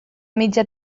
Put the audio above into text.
mitja